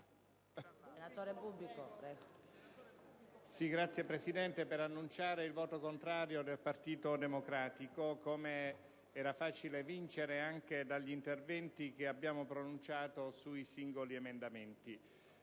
intervengo per annunciare il voto contrario del Partito Democratico, come era facile evincere anche dagli interventi che abbiamo pronunciato sui singoli emendamenti.